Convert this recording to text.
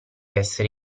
essere